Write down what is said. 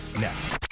next